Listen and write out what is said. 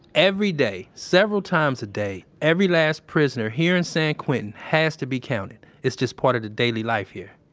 every day, several times a day, every last prisoner here in san quentin has to be counted. it's just part of the daily life here.